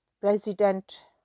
president